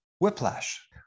whiplash